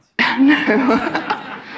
No